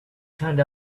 found